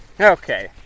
Okay